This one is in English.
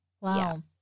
Wow